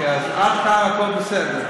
עד כאן הכול בסדר.